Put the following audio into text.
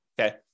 okay